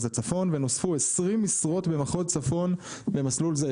הצפון ונוספו 20 משרות במחוז צפון במסלול זה.